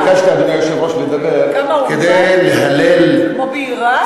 ביקשתי, אדוני היושב-ראש, לדבר, כדי להלל סרט